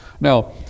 Now